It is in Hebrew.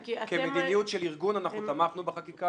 כמדיניות של ארגון אנחנו תמכנו בחקיקה